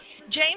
James